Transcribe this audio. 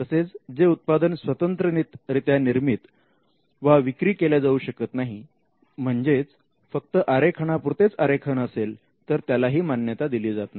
तसेच जे उत्पादन स्वतंत्ररित्या निर्मित वा विक्री केल्या जाऊ शकत नाही म्हणजेच फक्त आरेखनापुरतेच आरेखन असेल तर त्यालाही मान्यता दिली जात नाही